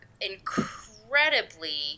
incredibly